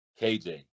KJ